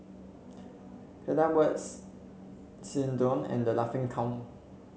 Pedal Works Xndo and The Laughing Cow